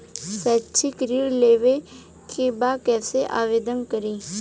शैक्षिक ऋण लेवे के बा कईसे आवेदन करी?